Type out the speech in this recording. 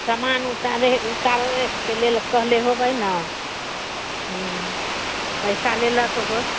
समान उतारे उतारेके लेल कहले होबै ने हूँ पैसा लेलक होत